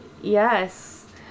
Yes